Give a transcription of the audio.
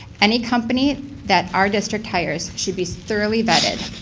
any company that our district hires should be thoroughly vetted.